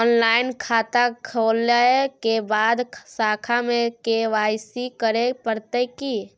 Online खाता खोलै के बाद शाखा में के.वाई.सी करे परतै की?